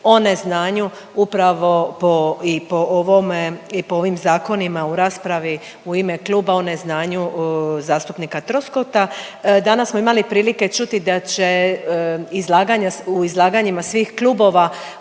o neznanju upravo po i po ovome i po ovim zakonima u raspravi u ime kluba o neznanju zastupnika Troskota. Danas smo imali prilike čuti da će izlaganja, u izlaganjima svih klubova